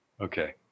Okay